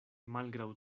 malgraŭ